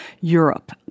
Europe